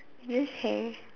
this hair